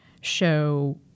show